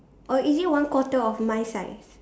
or is it one quarter of my size